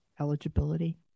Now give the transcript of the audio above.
eligibility